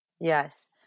Yes